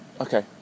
Okay